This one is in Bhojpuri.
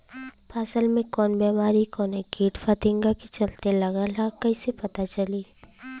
फसल में कवन बेमारी कवने कीट फतिंगा के चलते लगल ह कइसे पता चली?